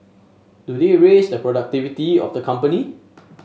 do they raise the productivity of the company